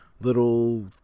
little